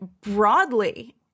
broadly